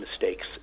mistakes